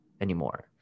anymore